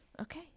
Okay